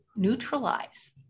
Neutralize